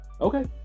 Okay